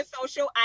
social